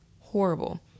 horrible